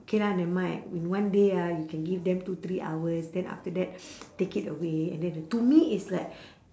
K lah never mind in one day ah you can give them two three hours then after that take it away and then to me it's like